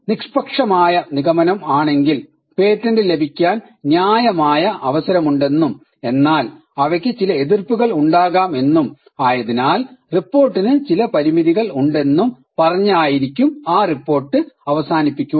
നിഷ്പക്ഷമായ നിഗമനം ആണെങ്കിൽ പേറ്റന്റ് ലഭിക്കാൻ ന്യായമായ അവസരമുണ്ടെന്നും എന്നാൽ അവയ്ക്ക് ചില എതിർപ്പുകൾ ഉണ്ടാകാം എന്നും ആയതിനാൽ റിപ്പോർട്ടിന് ചില പരിമിതികൾ ഉണ്ടെന്നും പറഞ്ഞായിരിക്കും ആ റിപ്പോർട്ട് അവസാനിപ്പിക്കുക